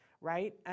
right